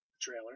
trailer